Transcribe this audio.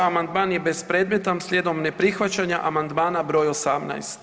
Amandman je bespredmetan slijedom neprihvaćanja amandmana broj 18.